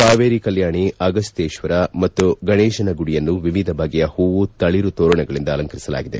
ಕಾವೇರಿ ಕಲ್ಕಾಣಿ ಅಗಸ್ತ್ಯೇಶ್ವರ ಮತ್ತು ಗಣೇಶನ ಗುಡಿಯನ್ನು ವಿವಿಧ ಬಗೆಯ ಹೂವು ತಳಿರು ತೋರಣಗಳಿಂದ ಅಲಂಕರಿಸಲಾಗಿದೆ